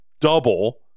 double